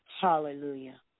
hallelujah